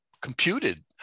computed